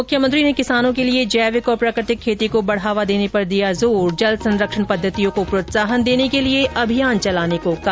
मुख्यमंत्री ने किसानों के लिए जैविक और प्राकृतिक खेती को बढ़ावा देने पर दिया जोर जल संरक्षण पद्धतियों को प्रोत्साहन देने के लिए अभियान चलाने को कहा